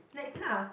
next lah